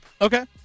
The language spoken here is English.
Okay